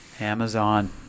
Amazon